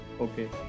Okay